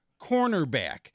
cornerback